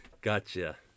Gotcha